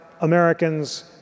Americans